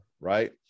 right